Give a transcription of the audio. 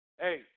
Hey